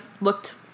looked